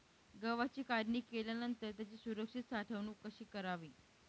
गव्हाची काढणी केल्यानंतर त्याची सुरक्षित साठवणूक कशी करावी?